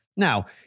Now